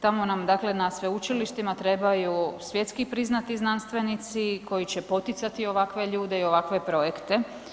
Tamo nam dakle na sveučilištima trebaju svjetski priznati znanstvenici koji će poticati ovakve ljude i ovakve projekte.